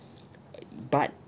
uh !ee! but